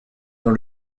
dans